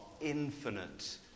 infinite